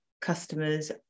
customers